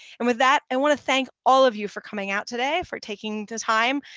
and with that, i want to thank all of you for coming out today, for taking the time,